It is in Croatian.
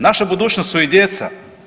Naša budućnost su i djeca.